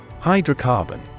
Hydrocarbon